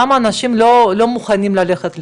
למה אנשים לא מוכנים ללכת לשם?